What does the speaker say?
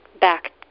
back